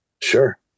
Sure